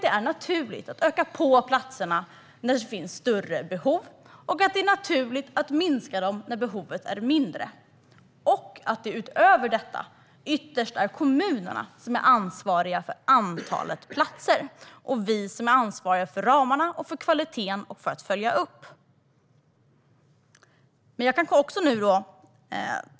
Det är naturligt att öka på antalet platser när det finns större behov och att minska det när behovet är mindre. Utöver detta är det ytterst kommunerna som är ansvariga för antalet platser och vi som är ansvariga för ramarna, för kvaliteten och för uppföljningen.